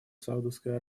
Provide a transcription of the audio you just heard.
саудовской